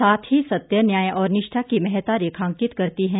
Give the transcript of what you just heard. साथ ही सत्य न्याय और निष्ठा की महत्ता रेखांकित करती हैं